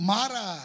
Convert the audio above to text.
Mara